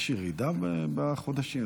האם יש ירידה בחודשים?